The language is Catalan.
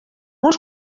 uns